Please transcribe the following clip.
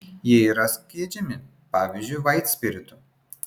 jie yra skiedžiami pavyzdžiui vaitspiritu